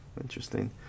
Interesting